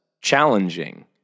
challenging